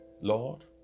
lord